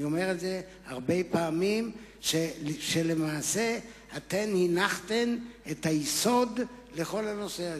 אני אומר הרבה פעמים שלמעשה הנחתן את היסוד לכל הנושא הזה.